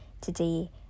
today